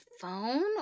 phone